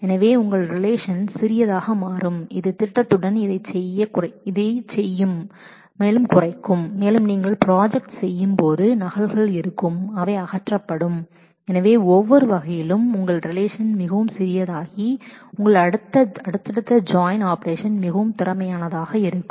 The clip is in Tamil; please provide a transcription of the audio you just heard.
எனவே உங்கள் ரிலேஷன் சிறியதாக மாறும் இது திட்டத்துடன் இதைச் செய்யும் குறைக்கும் மேலும் நீங்கள் ப்ராஜெக்ட் செய்யும் போது நகல்கள் இருக்கும் அவை அகற்றப்படும் எனவே ஒவ்வொரு வகையிலும் உங்கள் ரிலேஷன் அளவு சிறியதாகி உங்கள் அடுத்தடுத்த ஜாயின் ஆபரேஷன் மிகவும் திறமையாக இருக்கும்